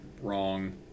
Wrong